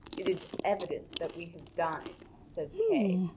it is evident that we have dined, says kay,